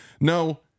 No